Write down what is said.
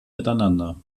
miteinander